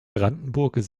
brandenburg